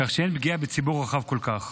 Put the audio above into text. כך שאין פגיעה בציבור רחב כל כך.